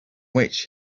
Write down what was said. which